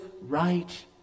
right